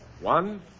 One